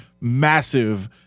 massive